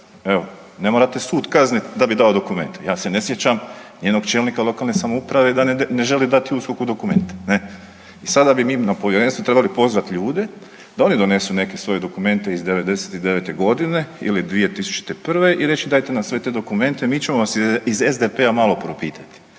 evo ne morate sud kaznit da bi dao dokumente. Ja se ne sjećam nijednog čelnika lokalne samouprave da ne želi USKOK-u dati dokumente i sada bi mi na povjerenstvu trebali pozvati ljude da oni donesu neke svoje dokumente iz '99.g. ili 2001. i reći dajte nam sve te dokumente mi ćemo vas iz SDP-a malo propitati.